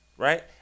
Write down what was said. Right